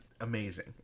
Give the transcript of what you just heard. amazing